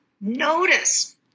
Notice